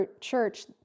church